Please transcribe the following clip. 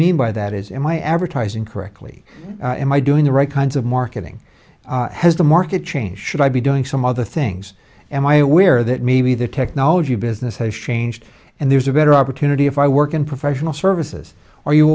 mean by that is in my advertising correctly am i doing the right kinds of marketing has the market changed should i be doing some other things am i aware that maybe the technology business has changed and there's a better opportunity if i work in professional services or you